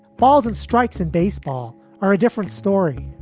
balls and strikes in baseball are a different story.